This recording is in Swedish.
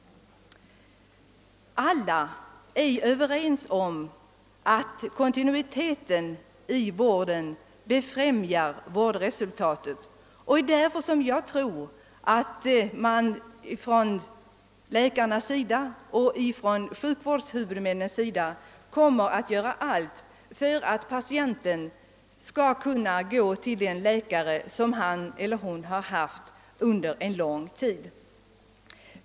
Alla är överens om att kontinuitet i vården främjar vårdresultatet.. Därför tror jag också att läkarna och sjukvårdshuvudmännen kommer att göra allt för att patienten skall kunna gå till den läkare som han eller hon har anli tat under en lång tid.